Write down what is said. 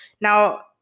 Now